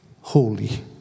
holy